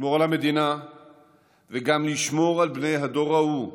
לשמור על המדינה וגם לשמור על בני הדור ההוא,